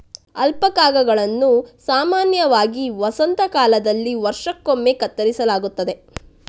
ಅಲ್ಪಾಕಾಗಳನ್ನು ಸಾಮಾನ್ಯವಾಗಿ ವಸಂತ ಕಾಲದಲ್ಲಿ ವರ್ಷಕ್ಕೊಮ್ಮೆ ಕತ್ತರಿಸಲಾಗುತ್ತದೆ